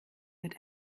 wird